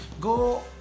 go